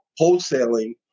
wholesaling